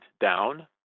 down